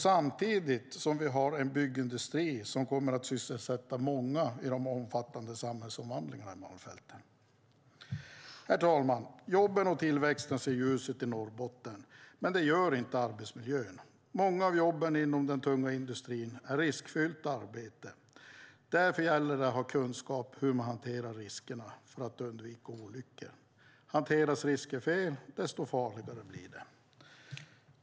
Samtidigt har vi en byggindustri som kommer att sysselsätta många i de omfattande samhällsomvandlingarna i Malmfälten. Herr talman! Det ser ljust ut för jobben och tillväxten i Norrbotten, men det gör det inte för arbetsmiljön. Många av jobben inom den tunga industrin är riskfyllt arbete. Därför gäller det att ha kunskap om hur man hanterar riskerna för att undvika olyckor. Ju mer man hanterar risker fel, desto farligare blir det.